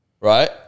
right